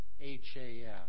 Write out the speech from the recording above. H-A-S